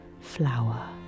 flower